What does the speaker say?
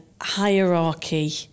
hierarchy